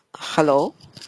hello